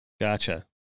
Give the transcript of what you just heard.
Gotcha